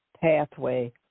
pathway